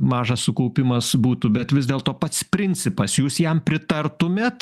mažas sukaupimas būtų bet vis dėlto pats principas jūs jam pritartumėt